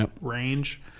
range